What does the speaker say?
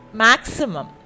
maximum